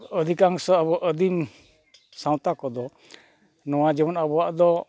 ᱚᱫᱷᱤᱠᱟᱝᱥᱚ ᱟᱵᱚ ᱟᱹᱫᱤᱢ ᱥᱟᱶᱛᱟ ᱠᱚᱫᱚ ᱱᱚᱣᱟ ᱡᱮᱢᱚᱱ ᱟᱵᱚᱣᱟᱜ ᱫᱚ